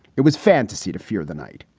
it was fantasy to fear the night.